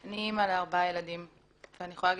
אני אמא לארבעה ילדים ואני יכולה להגיד